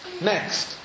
Next